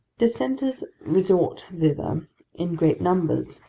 dissenters resort thither in great numbers,